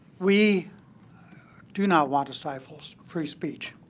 we do not want to stifle free speech,